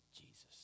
Jesus